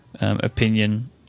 opinion